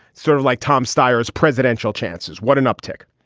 sort of like tom steiner's presidential chances. what an uptick.